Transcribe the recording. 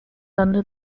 under